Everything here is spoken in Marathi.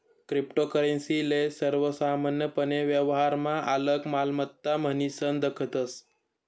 क्रिप्टोकरेंसी ले सर्वसामान्यपने व्यवहारमा आलक मालमत्ता म्हनीसन दखतस